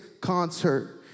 concert